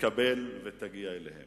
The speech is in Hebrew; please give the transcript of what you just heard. ולהסתובב ולשנות כל הזמן.